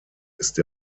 ist